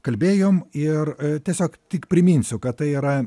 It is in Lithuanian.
kalbėjom ir tiesiog tik priminsiu kad tai yra